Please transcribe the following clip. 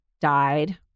died